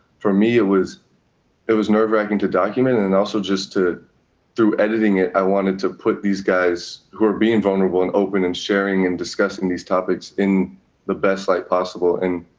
for me, it was it was nerve-racking to document and and also just to through editing it, i wanted to put these guys who are being vulnerable and open and sharing and discussing these topics in the best light possible. and,